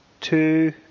two